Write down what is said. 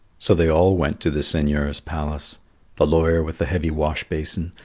so they all went to the seigneur's palace the lawyer with the heavy wash-basin,